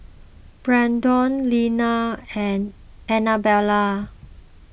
Brennon Lina and Anabella